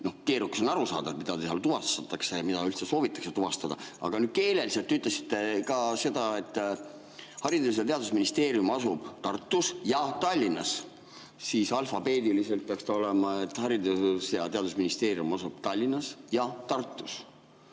Keerukas on aru saada, mida seal tuvastatakse ja mida üldse soovitakse tuvastada. Aga nüüd keeleliselt. Te ütlesite ka seda, et Haridus‑ ja Teadusministeerium asub Tartus ja Tallinnas. Alfabeetiliselt peaks olema nii, et Haridus‑ ja Teadusministeerium asub Tallinnas ja Tartus.